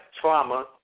trauma